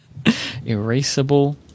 Erasable